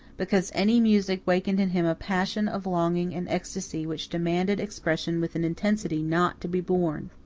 because any music wakened in him a passion of longing and ecstasy which demanded expression with an intensity not to be borne.